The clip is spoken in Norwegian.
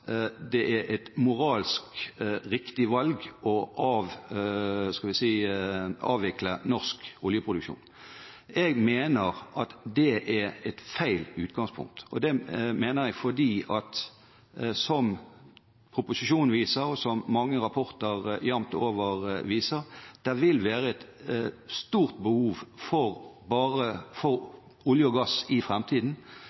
det er et moralsk riktig valg å avvikle norsk oljeproduksjon: Jeg mener at det er et feil utgangspunkt, og det mener jeg fordi – som proposisjonen viser, og som mange rapporter jevnt over viser – det vil være et stort behov for olje og gass i